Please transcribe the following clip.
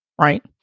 right